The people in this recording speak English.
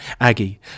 Aggie